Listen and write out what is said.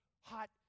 hot